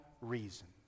reason